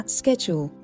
schedule